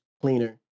cleaner